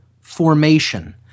formation